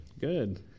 Good